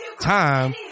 time